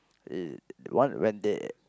uh one when they